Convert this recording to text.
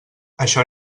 això